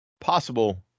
possible